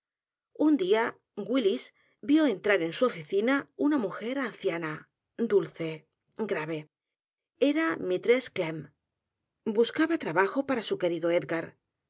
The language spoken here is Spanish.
un día willis vio e n t r a r en su oficina una mujer anciana dulce grave e r a mrs clemn buscaba trabajo para su querido